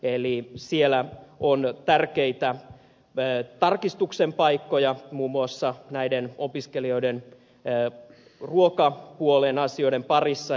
eli siellä on tärkeitä tarkistuksen paikkoja muun muassa näiden opiskelijoiden ruokapuolen asioiden parissa